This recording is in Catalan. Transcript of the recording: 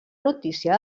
notícia